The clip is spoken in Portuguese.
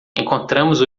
encontramos